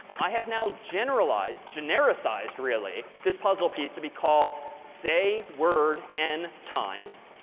i have now generalized genericized really this puzzle piece to be called say word n times.